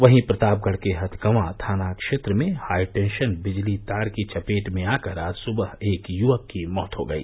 वहीं प्रतापगढ़ के हथगवां थाना क्षेत्र में हाईटेंशन बिजली तार की चपेट में आकर आज सुवह एक युवक की मौत हो गई